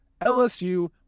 LSU